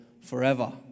forever